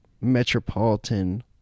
metropolitan